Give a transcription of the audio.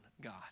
God